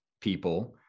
people